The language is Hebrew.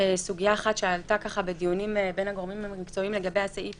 סוגיה אחת שעלתה בדיונים בין הגורמים המקצועיים לגבי הסעיף